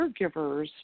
caregivers